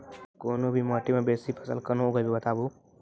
कूनू भी माटि मे बेसी फसल कूना उगैबै, बताबू?